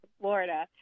Florida